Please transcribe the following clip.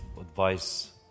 advice